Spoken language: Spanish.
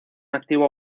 activo